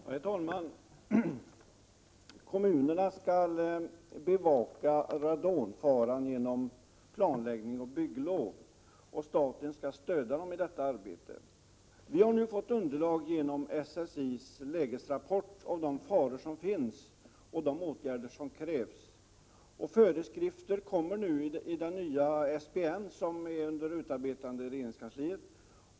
Herr talman! Kommunerna skall bevaka radonfaran genom planläggning och bygglov, och staten skall stödja dem i detta arbete. Vi har nu fått underlag genom SSI:s lägesrapport om de faror som finns och de åtgärder som krävs. Föreskrifter kommer i den nya SBN, som är under utarbetande i regeringskansliet.